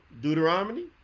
Deuteronomy